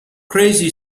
crazy